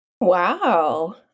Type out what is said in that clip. Wow